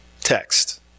text